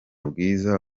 bwiza